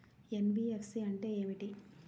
NBFC అంటే ఏమిటి?